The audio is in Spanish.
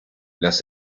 las